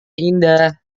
indah